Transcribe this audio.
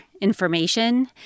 information